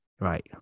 right